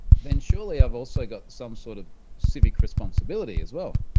then surely i've also got some sort of civic responsibility as well.